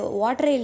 water